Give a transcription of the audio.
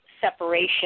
separation